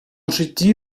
житті